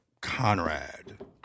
Conrad